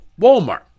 Walmart